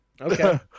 Okay